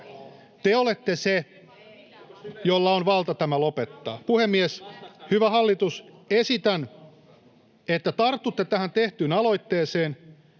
te olette se, jolla on valta tämä lopettaa. Puhemies! Hyvä hallitus, esitän, että tartutte tähän tehtyyn aloitteeseen,